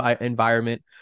environment